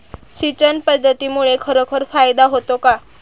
सिंचन पद्धतीमुळे खरोखर फायदा होतो का?